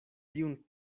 tiun